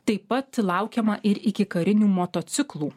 taip pat laukiama ir ikikarinių motociklų